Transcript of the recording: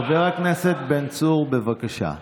חבר הכנסת בן צור, בבקשה.